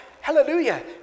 hallelujah